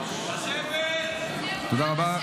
תודה רבה.